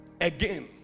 Again